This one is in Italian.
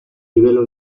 livello